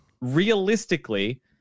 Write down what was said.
realistically